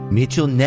Mitchell